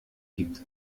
gibt